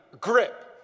grip